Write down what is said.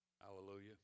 Hallelujah